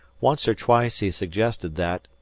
once or twice he suggested that,